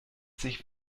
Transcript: sich